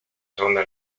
segunda